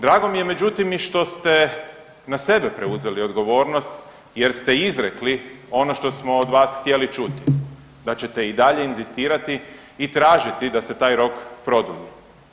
Drago mi je međutim i što ste na sebe preuzeli odgovornost jer ste izrekli ono što smo od vas htjeli čuti da ćete i dalje inzistirati i tražiti da se taj rok produlji.